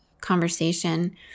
conversation